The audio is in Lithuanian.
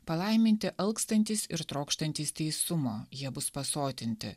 palaiminti alkstantys ir trokštantys teisumo jie bus pasotinti